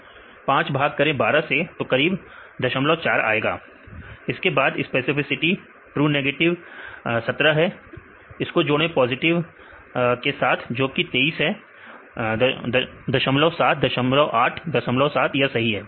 विद्यार्थी 12 5 भाग करें 12 से तो करीब 04 आएगा समय देखें 0948 इसके बाद स्पेसिफिसिटी ट्रू नेगेटिव 17 है इसको जोड़ें पॉजिटिव के साथ जो कि 23 है 07 08 07 यह सही है